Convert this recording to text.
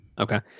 Okay